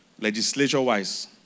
legislature-wise